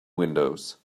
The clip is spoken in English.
windows